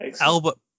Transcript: Albert